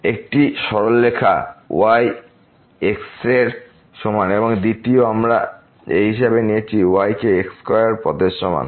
একটি সরলরেখা y x এর সমান এবং দ্বিতীয়টি আমরা এই হিসাবে নিয়েছি যে y কে x স্কয়ার পথের সমান